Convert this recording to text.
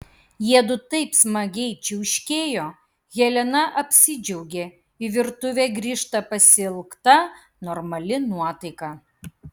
jiedu taip smagiai čiauškėjo helena apsidžiaugė į virtuvę grįžta pasiilgta normali nuotaika